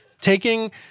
taking